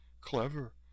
clever